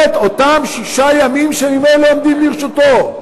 אותם שישה ימים שממילא עומדים לרשותו.